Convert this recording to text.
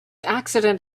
accident